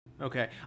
Okay